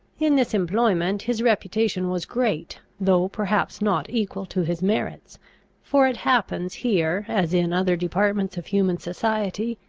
in this employment his reputation was great, though perhaps not equal to his merits for it happens here as in other departments of human society,